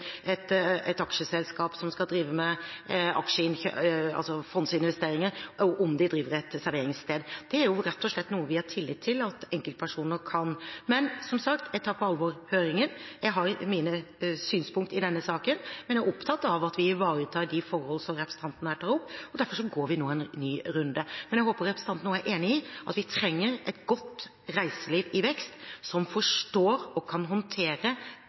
et aksjeselskap som skal drive med fondsinvesteringer, om de driver et serveringssted. Det er rett og slett noe vi har tillit til at enkeltpersoner kan. Men, som sagt, jeg tar på alvor høringen. Jeg har mine synspunkt i denne saken, men jeg er opptatt av at vi ivaretar de forhold som representanten her tar opp. Derfor går vi nå en ny runde. Men jeg håper representanten er enig i at vi trenger et godt reiseliv i vekst, som forstår og kan håndtere